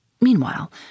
Meanwhile